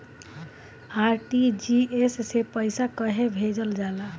RTGS से पइसा कहे भेजल जाला?